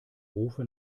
rufe